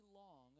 long